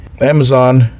Amazon